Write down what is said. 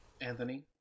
Anthony